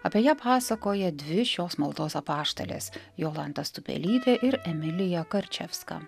apie ją pasakoja dvi šios maldos apaštalės jolanta stupelytė ir emilija karčevska